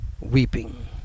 weeping